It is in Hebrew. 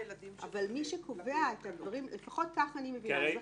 אבל מי שקובע את הדברים לפחות כך אני מבינה.